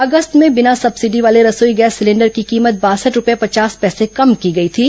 अगस्त में बिना सब्सिडी वाले रसोई गैस सिलेंडर की कीमत बासठ रूपये पचास पैसे कम की गई थी